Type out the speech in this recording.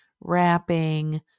wrapping